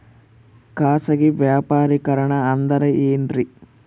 ಖಾಸಗಿ ವ್ಯಾಪಾರಿಕರಣ ಅಂದರೆ ಏನ್ರಿ?